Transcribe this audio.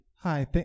Hi